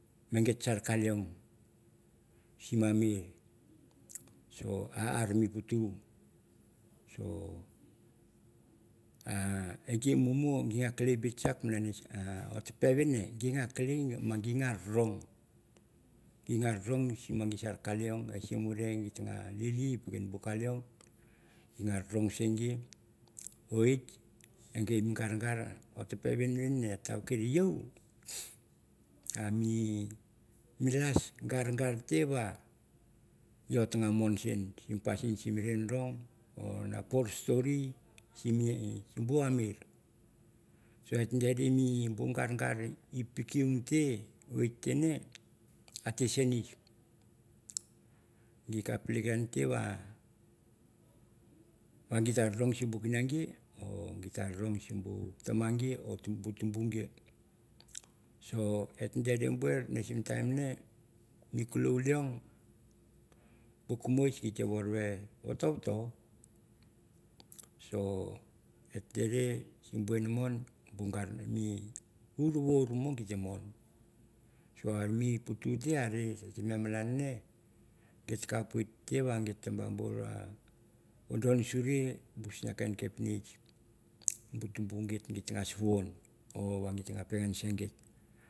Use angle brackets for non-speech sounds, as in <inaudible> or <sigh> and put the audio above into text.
Me git sar kar leong sim malir, so ar mi dutu so an gi mumu oi kelei bit kutch ori ta deven nge git ta kelei ve ge kap no rong ge ngas rong se ge kar leoang a sembur ge mas lili pekin bu ka leong am no rova sen ge wit en ge mi gargar ot ta deven nge tawkir yeo <noise> am mi las gargar te yeo temow sin sim pasin sim rerong for stori sim bu amir et dere bu gargar e digwin te nge a te sewsin, ge telik te wa git ta rong se kingan bit ta rowa sim bu taria ge or tumbu ge et dere buer sim mi time bu kulo leong bu kumis git te va vato vato so et dere sim bu inmon mi wurwur lio ge mon son are mi putu are malan nge git wit te vadon gurei misina kain kapnitch bu tumbu git te bur suwuns se git.